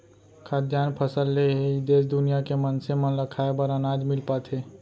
खाद्यान फसल ले ही देस दुनिया के मनसे मन ल खाए बर अनाज मिल पाथे